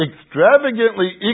extravagantly